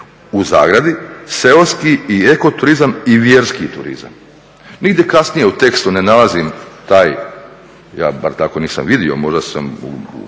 i vjerski turizam. I eko turizam i vjerski turizam. Nigdje kasnije u tekstu ne nalazim taj, ja bar tako nisam vidio možda sam u